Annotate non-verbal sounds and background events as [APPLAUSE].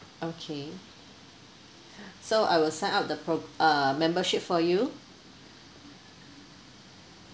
okay [BREATH] so I will sign up out the pro~ uh membership for you